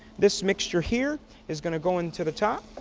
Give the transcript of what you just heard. this mixture here is going to go into the top.